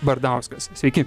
bardauskas sveiki